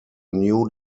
new